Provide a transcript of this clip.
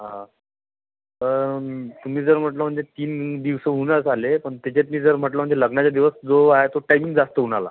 हा तर तुम्ही जर म्हटलं म्हणजे तीन दिवस होऊनच झाले पण त्याच्यातले जर म्हटलं म्हणजे लग्नाच्या दिवस जो आहे तो टाईमिंग जास्तहून आला